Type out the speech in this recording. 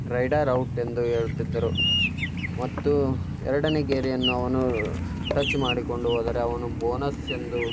rider out ಎಂದು ಹೇಳುತ್ತಿದ್ದರು ಮತ್ತು ಎರಡನೆ ಗೆರೆಯನ್ನು ಅವನು ಟಚ್ ಮಾಡಿಕೊಂಡು ಹೋದರೆ ಅವನು ಬೋನಸ್ ಎಂದು